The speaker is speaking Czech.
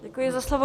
Děkuji za slovo.